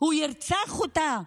הוא ירצח אותה,